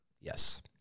Yes